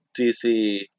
DC